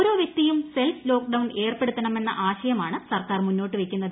ഓരോ വൃക്തിയും self lockdown ഏർപ്പെടുത്തണമെന്ന ആശയമാണ് സർക്കാർ മുന്നോട്ട് വയ്ക്കുന്നത്